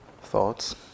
thoughts